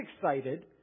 excited